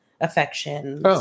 affection